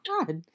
God